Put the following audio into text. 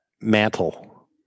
mantle